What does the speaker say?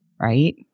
right